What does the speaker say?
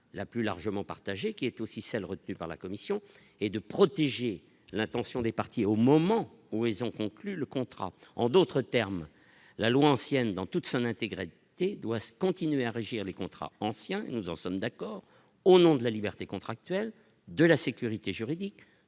la plus largement partagée, qui est aussi celle retenue par la commission et de protéger l'attention des partis au moment où ils ont conclu le contrat en d'autres termes, la loi ancienne dans toute seule intégré doit se continuer à régir les contrats anciens, nous en sommes d'accord au nom de la liberté contractuelle de la sécurité juridique